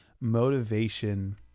motivation